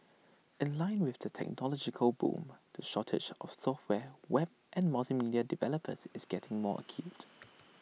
in line with the technological boom the shortage of software web and multimedia developers is getting more acute